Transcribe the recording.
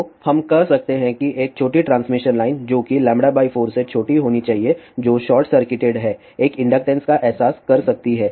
तो हम कह सकते हैं कि एक छोटी ट्रांसमिशन लाइन जो λ 4 से छोटी होनी चाहिए जो शॉर्ट सर्किटेड है एक इंडक्टेंस का एहसास कर सकती है